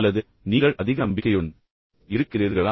அல்லது நீங்கள் அதிக நம்பிக்கையுடன் இருக்கிறீர்களா